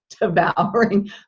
devouring